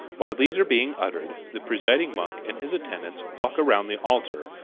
while these are being uttered, the presiding monk and his attendants walk around the altar,